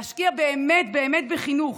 להשקיע באמת באמת בחינוך,